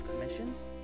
commissions